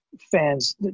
fans